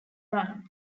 run